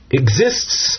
exists